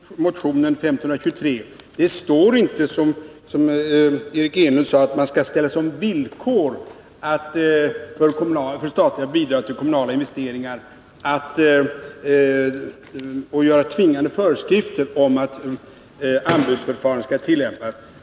Herr talman! Jag tror nog att Eric Enlund något har hårdragit motion 1523. Det står inte, som Eric Enlund sade, att man skall ställa som villkor för statliga bidrag till kommunala investeringar att anbudsförfarande skall tillämpas.